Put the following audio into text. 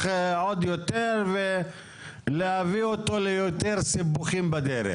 עוד יותר ולהביא אותו ליותר סיבוכים בדרך.